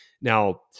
Now